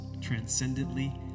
Transcendently